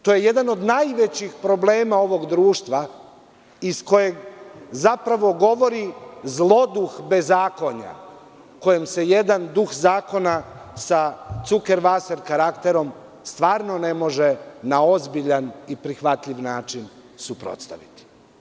To je jedan od najvećih problema ovog društva iz kojeg zapravo govori zlo duh bezakonja kojem se jedan duh zakona sa „cuker vaser“ karakterom stvarno ne može na ozbiljan i prihvatljiv način suprotstaviti.